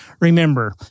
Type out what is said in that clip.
remember